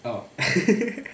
oh